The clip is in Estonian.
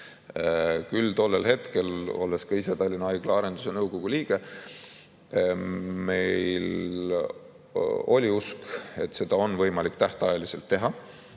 Küll tollel hetkel, olles ka ise Tallinna Haigla Arenduse nõukogu liige, meil oli usk, et seda on võimalik tähtajaliselt teha